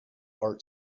art